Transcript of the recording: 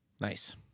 nice